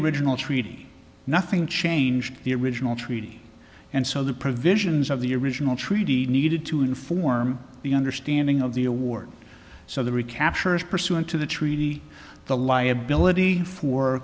original treaty nothing changed the original treaty and so the provisions of the original treaty needed to inform the understanding of the award so the recaptures pursuant to the treaty the liability for